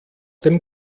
dem